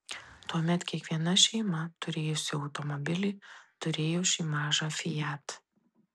tuomet kiekviena šeima turėjusi automobilį turėjo šį mažą fiat